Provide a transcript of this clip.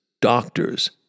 doctors